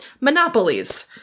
monopolies